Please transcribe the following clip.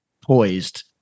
poised